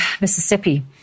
Mississippi